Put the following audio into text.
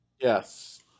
Yes